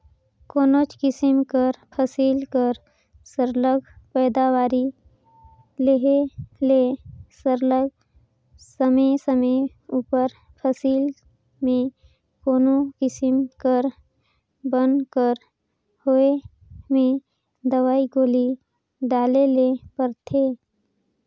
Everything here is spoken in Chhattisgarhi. कोनोच किसिम कर फसिल कर सरलग पएदावारी लेहे ले सरलग समे समे उपर फसिल में कोनो किसिम कर बन कर होए में दवई गोली डाले ले परथे